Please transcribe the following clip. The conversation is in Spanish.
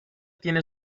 tiene